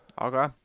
Okay